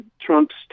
Trump's